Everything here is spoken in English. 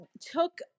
took